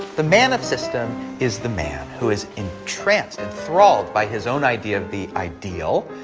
the man of system is the man who is entranced, enthralled by his own idea of the ideal,